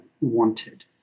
wanted